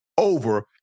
over